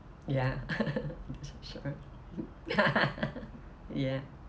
ya sure ya